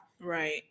right